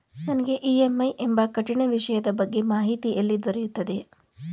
ನನಗೆ ಇ.ಎಂ.ಐ ಎಂಬ ಕಠಿಣ ವಿಷಯದ ಬಗ್ಗೆ ಮಾಹಿತಿ ಎಲ್ಲಿ ದೊರೆಯುತ್ತದೆಯೇ?